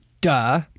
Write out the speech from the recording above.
duh